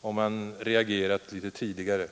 om man reagerat litet tidigare.